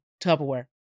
Tupperware